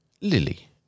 Lily